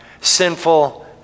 sinful